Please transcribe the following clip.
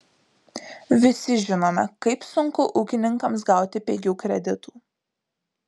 visi žinome kaip sunku ūkininkams gauti pigių kreditų